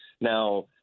Now